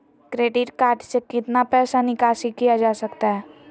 Credit card से कितना पैसा निकासी किया जा सकता है?